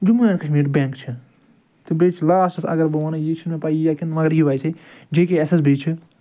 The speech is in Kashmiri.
جموں اینٛڈ کشمیٖر بینٛک چھِ تہٕ بیٚیہِ چھِ لاسٹس اگر بہٕ وَنہٕ یہِ چھُنہٕ مےٚ پَے یہِ یِیہِ یا کِنہٕ مگر یِیہِ ویسے J K S S B چھِ